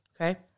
Okay